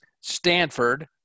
Stanford